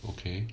okay